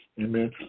Amen